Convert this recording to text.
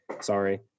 sorry